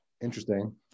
Interesting